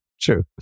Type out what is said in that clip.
true